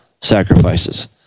sacrifices